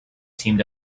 teamed